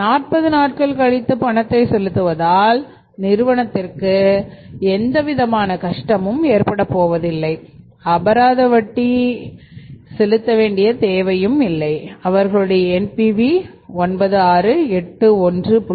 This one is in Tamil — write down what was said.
40 நாட்கள் கழித்து பணத்தை செலுத்துவதால் நிறுவனத்திற்கும் எந்தவிதமான கஷ்டமும் ஏற்படப்போவதில்லை அபராத வட்டி எம்மவர்கள் செலுத்த தேவையில்லை அவர்களுடைய NPV 9681